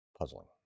puzzling